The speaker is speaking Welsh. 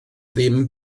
ddim